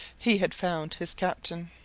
he had found his captain.